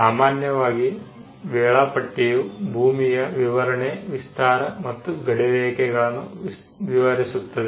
ಸಾಮಾನ್ಯವಾಗಿ ವೇಳಾಪಟ್ಟಿಯು ಭೂಮಿಯ ವಿವರಣೆ ವಿಸ್ತಾರ ಮತ್ತು ಗಡಿರೇಖೆಗಳನ್ನು ವಿವರಿಸುತ್ತದೆ